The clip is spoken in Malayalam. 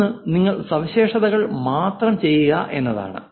ഒന്ന് നിങ്ങൾ സവിശേഷതകൾ മാത്രം ചെയ്യുക എന്നതാണ്